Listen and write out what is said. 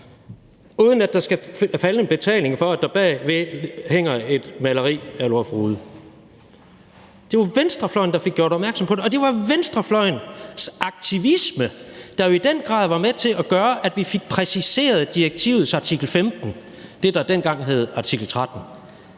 uden at der skal falde en betaling for, at der bag ved hænger et maleri af Olaf Rude. Det var venstrefløjen, der fik gjort opmærksom på det, og det var venstrefløjens aktivisme, der jo i den grad var med til at gøre, at vi fik præciseret direktivets artikel 15; det, der dengang hed artikel 13.